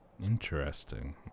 Interesting